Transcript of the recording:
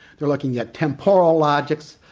they were looking at temporal logics,